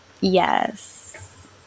Yes